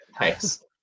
Nice